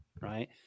Right